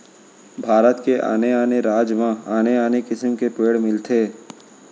भारत के आने आने राज म आने आने किसम के पेड़ मिलथे